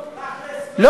תכל'ס, לא.